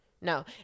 no